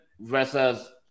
versus